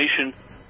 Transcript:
information